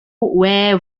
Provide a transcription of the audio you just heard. wear